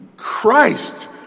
Christ